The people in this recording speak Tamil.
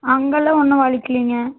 அங்கேல்லாம் ஒன்றும் வலிக்கிலைங்க